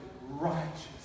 righteous